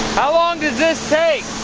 how long does this take?